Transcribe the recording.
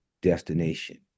destination